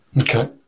Okay